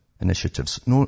Initiatives